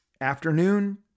afternoon